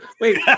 Wait